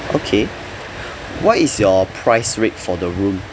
okay what is your price rate for the room